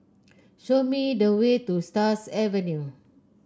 show me the way to Stars Avenue